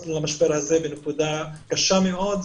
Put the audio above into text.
נכנסנו למשבר הזה בנקודה קשה מאוד.